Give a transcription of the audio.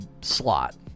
slot